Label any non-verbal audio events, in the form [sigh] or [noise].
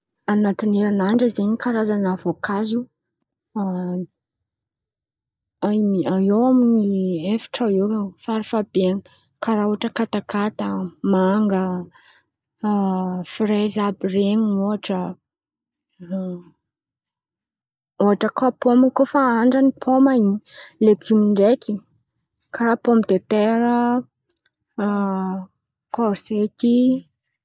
An̈atiny herinandra zen̈y Karazan̈a voankazo [hesitation] eo amin̈'ny efatra eo farafahabehany karà ohatra: katakata, manga, [hesitation] frezy àby ren̈y, ohatra [noise] ôhatra koa pômy koa fa andrany pôma in̈y. Legimo ndraiky karà pômidetera [hesitation] kôrzety.